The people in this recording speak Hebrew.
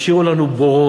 השאירו לנו בורות.